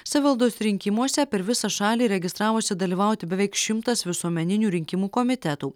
savivaldos rinkimuose per visą šalį registravosi dalyvauti beveik šimtas visuomeninių rinkimų komitetų